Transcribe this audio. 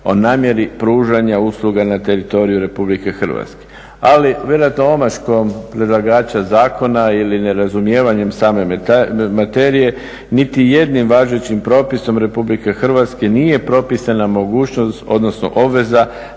o namjeri pružanja usluga na teritoriju Republike Hrvatske. Ali vjerojatno omaškom predlagača zakona ili nerazumijevanjem same materije niti jednim važećim propisom Republike Hrvatske nije propisana mogućnost odnosno obaveza